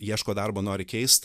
ieško darbo nori keist